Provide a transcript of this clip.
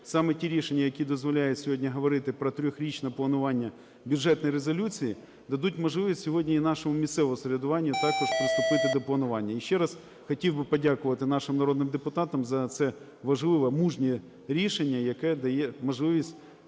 саме ті рішення, які дозволяють сьогодні говорити про трирічне планування бюджетної резолюції, дадуть можливість сьогодні і нашому місцевому самоврядуванню також приступити до планування. І ще раз хотів би подякувати нашим народним депутатам за це важливе, мужнє рішення, яке дає можливість